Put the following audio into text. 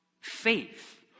faith